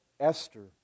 Esther